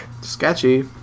Sketchy